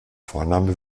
vorname